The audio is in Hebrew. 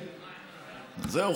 זהו,